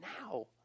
now